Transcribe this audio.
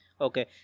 okay